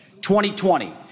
2020